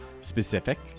specific